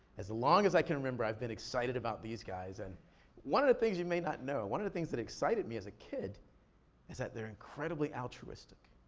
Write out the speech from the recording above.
as long as i can remember i've been excited about these guys and one of the things you may not know, one of the things that excited me as a kid is that they're incredibly altruistic.